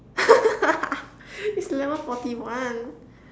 it's eleven forty one